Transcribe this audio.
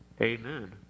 Amen